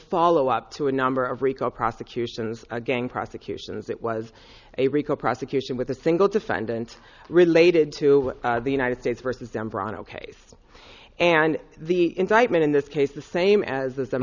follow up to a number of recall prosecutions a gang prosecutions it was a rico prosecution with a single defendant related to the united states versus denver on oks and the indictment in this case the same as a